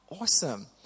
awesome